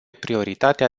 prioritatea